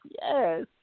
Yes